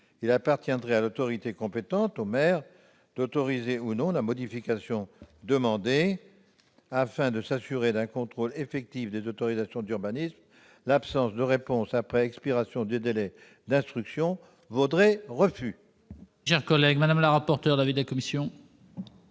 Il appartiendrait à l'autorité compétente, à savoir, le plus souvent, le maire, d'autoriser ou non la modification demandée. Afin d'assurer un contrôle effectif des autorisations d'urbanisme, l'absence de réponse après expiration du délai d'instruction vaudrait refus.